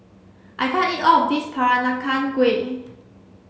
I can't eat all of this Peranakan Kueh